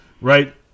right